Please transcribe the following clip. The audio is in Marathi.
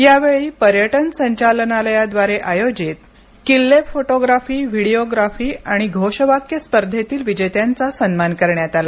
यावेळी पर्यटन संचालनालयाद्वारे आयोजित किल्ले फोटोग्राफी व्हिडिओग्राफी आणि घोषवाक्य स्पर्धेतील विजेत्यांचा सन्मान करण्यात आला